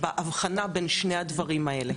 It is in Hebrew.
בהבחנה בין שני הדברים האלה.